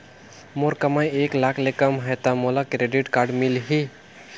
मोर कमाई एक लाख ले कम है ता मोला क्रेडिट कारड मिल ही?